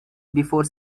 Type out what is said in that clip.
before